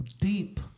deep